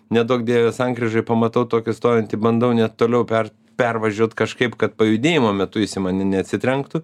neduok dieve sankryžoj pamatau tokį stovintį bandau net toliau per pervažiuot kažkaip kad pajudėjimo metu jis į mane neatsitrenktų